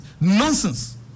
nonsense